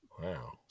Wow